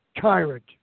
tyrant